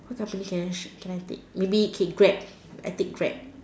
company cash can I take maybe okay Grab I take Grab